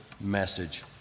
message